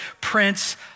Prince